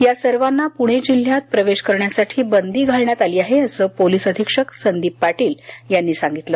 या सर्वांना पुणे जिल्ह्यात प्रवेश करण्यासाठी बंदी घालण्यात आली आहे असं पोलीस अधीक्षक संदीप पाटील यांनी सांगितलं